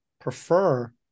prefer